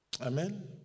Amen